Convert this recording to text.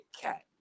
Cat